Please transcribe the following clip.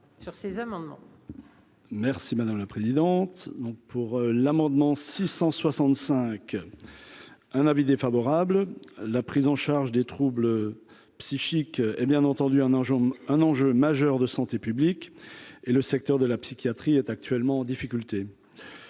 Merci madame la présidente, non pour l'amendement 665 un avis défavorable, la prise en charge des troubles psychiques et, bien entendu, un un enjeu majeur de santé publique et le secteur de la psychiatrie est actuellement en difficulté,